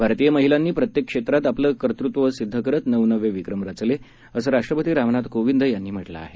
भारतीय महिलांनी प्रत्येक क्षेत्रात आपलं कर्तृत्व सिद्ध करत नवनवे विक्रम रचले आहेत असं राष्ट्रपती रामनाथ कोविंद यांनी म्हटलं आहे